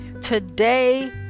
Today